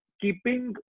keeping